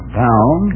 down